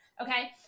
Okay